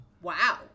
Wow